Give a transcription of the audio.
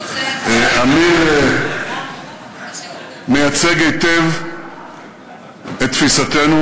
אמיר מייצג היטב את תפיסתנו,